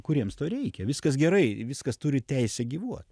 kuriems to reikia viskas gerai viskas turi teisę gyvuot